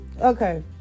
Okay